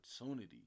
opportunity